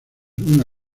una